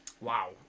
Wow